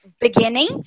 beginning